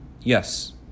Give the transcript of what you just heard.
Yes